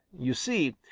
you see,